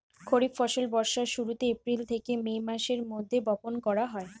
খরিফ ফসল বর্ষার শুরুতে, এপ্রিল থেকে মে মাসের মধ্যে বপন করা হয়